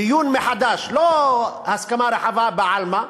דיון מחדש, לא הסכמה רחבה בעלמא,